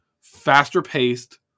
Faster-paced